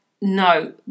no